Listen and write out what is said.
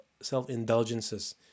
self-indulgences